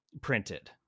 printed